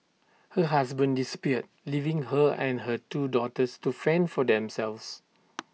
her husband disappeared leaving her and her two daughters to fend for themselves